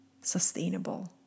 sustainable